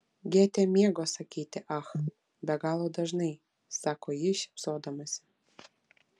gėtė mėgo sakyti ach be galo dažnai sako ji šypsodamasi